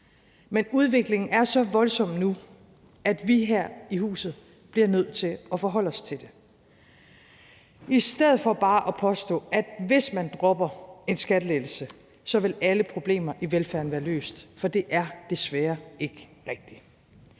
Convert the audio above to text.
Men udviklingen er så voldsom nu, at vi her i huset bliver nødt til at forholde os til det i stedet for bare at påstå, at hvis man dropper en skattelettelse, vil alle problemer i velfærden være løst, for det er desværre ikke rigtigt.